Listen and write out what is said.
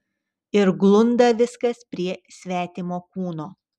ir glunda viskas prie svetimo kūno